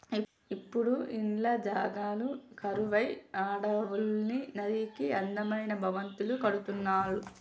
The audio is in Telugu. ఇప్పుడు ఇండ్ల జాగలు కరువై అడవుల్ని నరికి అందమైన భవంతులు కడుతుళ్ళు